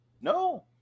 No